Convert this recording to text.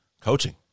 coaching